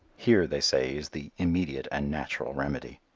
here, they say, the immediate and natural remedy.